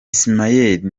ismael